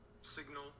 Signal